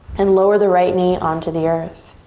and lower the right knee onto the earth.